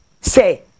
say